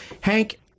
hank